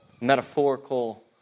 metaphorical